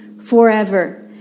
forever